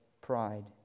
pride